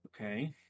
Okay